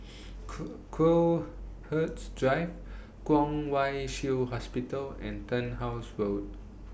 Crowhurst Drive Kwong Wai Shiu Hospital and Turnhouse Road